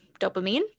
dopamine